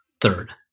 third